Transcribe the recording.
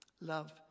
Love